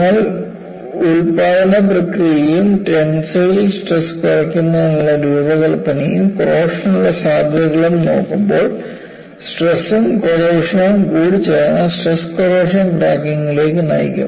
നിങ്ങൾ ഉൽപാദന പ്രക്രിയയും ടെൻസൈൽ സ്ട്രെസ് കുറയ്ക്കുന്നതിനുള്ള രൂപകൽപ്പനയും കോറോഷനുള്ള സാധ്യതകളും നോക്കുമ്പോൾ സ്ട്രെസ് ഉം കോറോഷൻ ഉം കൂടിച്ചേർന്ന് സ്ട്രെസ് കോറോഷൻ ക്രാക്കിംഗിലേക്ക് നയിക്കും